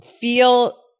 feel